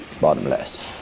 bottomless